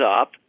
up